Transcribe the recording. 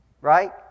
Right